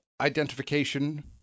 identification